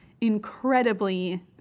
incredibly